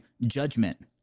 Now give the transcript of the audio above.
judgment